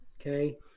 okay